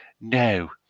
No